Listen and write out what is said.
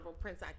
Prince